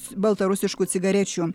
baltarusiškų cigarečių